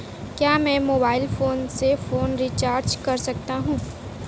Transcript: क्या मैं mobile phone से फोन रिचार्ज कर सकता हूं?